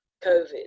Covid